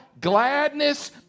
Gladness